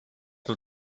nur